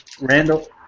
Randall